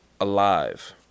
Alive